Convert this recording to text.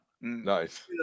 Nice